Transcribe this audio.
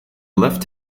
left